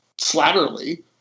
slatterly